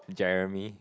Jeremy